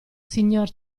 signor